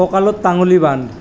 কঁকালত টঙালি বান্ধ